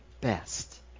best